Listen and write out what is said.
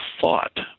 thought